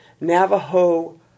Navajo